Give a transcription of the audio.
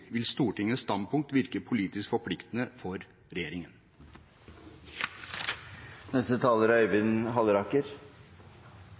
vil Stortingets standpunkt virke politisk forpliktende for